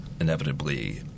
inevitably